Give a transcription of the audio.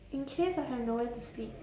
in case I have nowhere to sleep